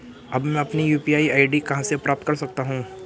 अब मैं अपनी यू.पी.आई आई.डी कहां से प्राप्त कर सकता हूं?